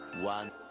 One